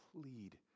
plead